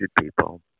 people